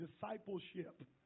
discipleship